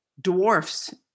dwarfs